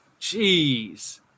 Jeez